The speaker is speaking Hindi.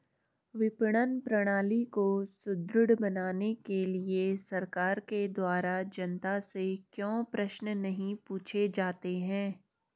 विपणन प्रणाली को सुदृढ़ बनाने के लिए सरकार के द्वारा जनता से क्यों प्रश्न नहीं पूछे जाते हैं?